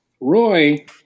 Roy